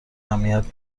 اهمیت